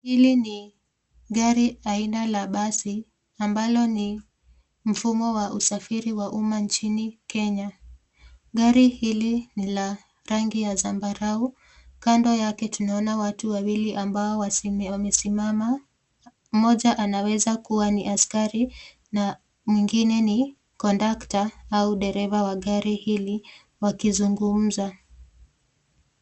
Hili ni gari aina la basi ambalo ni mfumo wa usafiri wa umma nchini Kenya. Gari hili ni la rangi ya zambarau. Kando yake tunaona watu wawili ambao wamesimama, mmoja anaweza kuwa ni askari na mwingine ni kondakta au dereva wa gari hili wakizungumza.